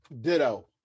Ditto